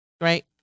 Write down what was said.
Right